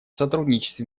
сотрудничестве